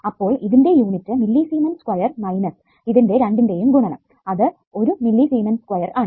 അപ്പോൾ ഇതിന്റെ unit millisiemens square minus ഇതിന്റെ രണ്ടിന്റേം ഗുണനം അത് 1 മില്ലി സിമെൻസ് സ്ക്വയർ ആണ്